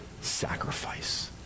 sacrifice